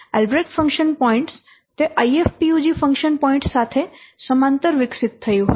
Albrecht function point તે IFPUG function points સાથે સમાંતર વિકસિત થયું હતું